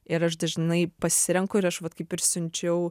ir aš dažnai pasirenku ir aš vat kaip ir siunčiau